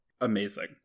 Amazing